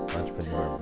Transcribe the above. Entrepreneur